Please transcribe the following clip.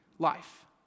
life